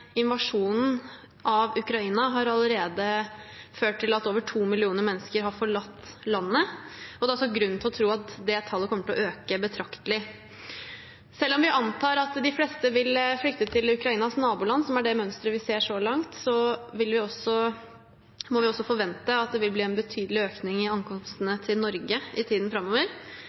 invasjonen av Ukraina har allerede ført til at over to millioner mennesker har forlatt landet. Det er også grunn til å tro at det tallet kommer til å øke betraktelig. Selv om vi antar at de fleste vil flykte til Ukrainas naboland, som er det mønsteret vi ser så langt, må vi også forvente at det vil bli en betydelig økning i ankomstene til Norge i tiden framover.